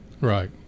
right